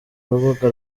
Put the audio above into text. rubuga